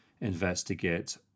investigate